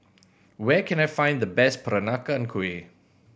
where can I find the best Peranakan Kueh